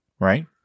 Right